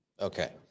Okay